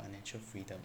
financial freedom